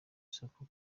soko